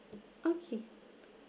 okay